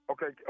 Okay